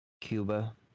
Cuba